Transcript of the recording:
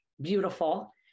beautiful